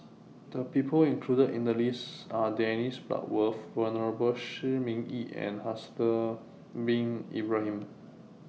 The People included in The list Are Dennis Bloodworth Venerable Shi Ming Yi and Haslir Bin Ibrahim